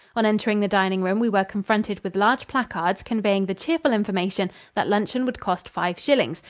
on entering the dining room we were confronted with large placards conveying the cheerful information that luncheon would cost five shillings,